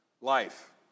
life